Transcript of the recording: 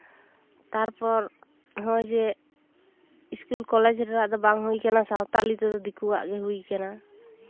ᱛᱟᱨᱯᱚᱨ ᱱᱚᱜᱼᱚᱭ ᱡᱮ ᱤᱥᱠᱩᱞ ᱠᱚᱞᱮᱡᱽ ᱨᱮᱱᱟᱜ ᱫᱚ ᱵᱟᱝ ᱦᱩᱭ ᱠᱟᱱᱟ ᱥᱟᱶᱛᱟᱞᱤ ᱛᱮᱫᱚ ᱫᱤᱠᱩᱣᱟᱜ ᱜᱮ ᱦᱩᱭ ᱠᱟᱱᱟ